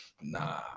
Nah